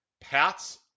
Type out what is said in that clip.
Pat's